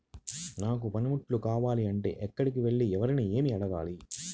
నాకు పనిముట్లు కావాలి అంటే ఎక్కడికి వెళ్లి ఎవరిని ఏమి అడగాలి?